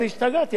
אמרתי ואללה,